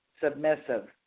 Submissive